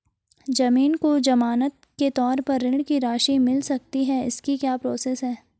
ज़मीन को ज़मानत के तौर पर ऋण की राशि मिल सकती है इसकी क्या प्रोसेस है?